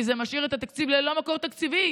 כי זה משאיר את התקציב ללא מקור תקציבי',